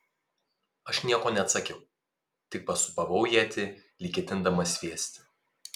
aš nieko neatsakiau tik pasūpavau ietį lyg ketindamas sviesti